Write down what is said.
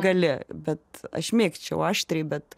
gali bet aš mėgčiau aštriai bet